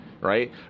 Right